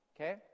okay